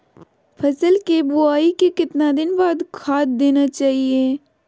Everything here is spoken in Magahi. फसल के बोआई के कितना दिन बाद खाद देना चाइए?